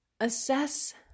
assess